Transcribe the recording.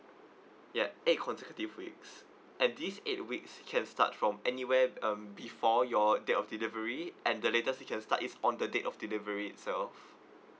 ya eight consecutive weeks and these eight weeks can start from anywhere um before your date of delivery and the latest you can start is on the date of delivery itself